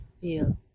feel